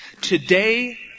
Today